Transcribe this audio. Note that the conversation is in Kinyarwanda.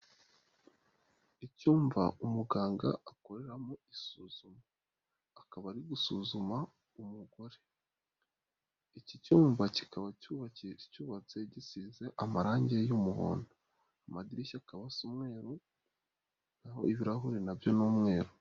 Icyumba umuganga akoreramo isuzuma, akaba ari gusuzuma umugore, iki cyumba kikaba cyubatse gisize amarangi y'umuhondo, amadirishya akaba asa umweru n'aho ibirahure na byo ni umweru.